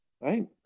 right